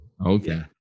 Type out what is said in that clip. Okay